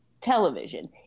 television